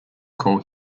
call